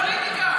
זו לא פוליטיקה.